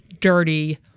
dirty